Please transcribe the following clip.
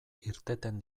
irteten